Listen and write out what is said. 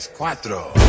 Cuatro